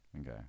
Okay